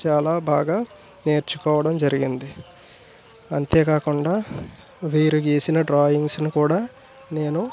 చాలా బాగా నేర్చుకోవడం జరిగింది అంతే కాకుండా వీరు గీసిన డ్రాయింగ్స్ని కూడా నేను